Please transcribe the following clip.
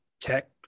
tech